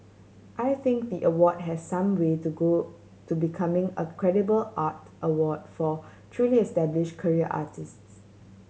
I think the award has some way to go to becoming a credible art award for truly established career artists